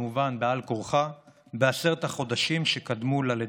כמובן בעל כורחה, בעשרת החודשים שקדמו ללידה.